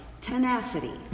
tenacity